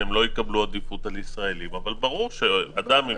הם לא יקבלו עדיפות על ישראלים אבל ברור שאדם עם